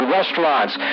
restaurants